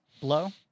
Blow